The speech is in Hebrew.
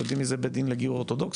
ויודעים מי זה בית דין לגיור אורתודוקסי,